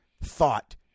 thought